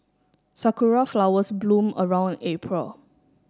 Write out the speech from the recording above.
sakura flowers bloom around April